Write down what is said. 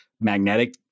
magnetic